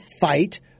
fight